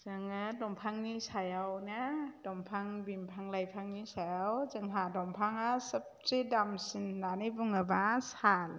जोङो दंफांनि सायावनो दंफां बिफां लाइफांनि सायाव जोंहा दंफाङा सबसे दामसिन होननानै बुङोब्ला साल